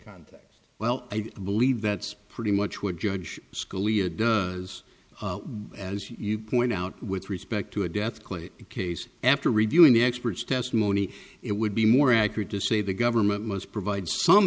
country well i believe that's pretty much what judge scalia does as you point out with respect to a death claim case after reviewing the experts testimony it would be more accurate to say the government must provide some